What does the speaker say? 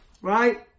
Right